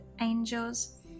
angels